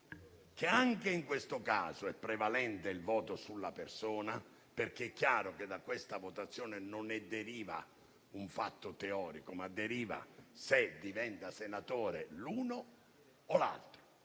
che anche in questo caso sia prevalente il voto sulla persona; è chiaro, infatti, che da questa votazione non deriva un fatto teorico ma se diventa senatore l'uno o l'altro: